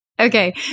Okay